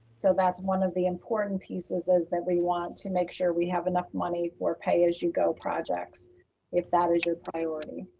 so that's one of the important pieces is that we want to make sure we have enough money for pay as you go projects if that is your priority.